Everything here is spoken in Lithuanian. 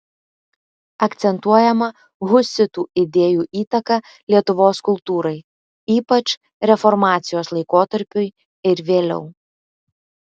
akcentuojama husitų idėjų įtaka lietuvos kultūrai ypač reformacijos laikotarpiui ir vėliau